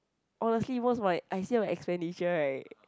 honestly most of my I see my expenditure right